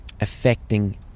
affecting